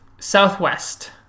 southwest